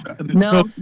no